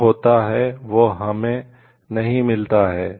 जो होता है वह हमें नहीं मिलता है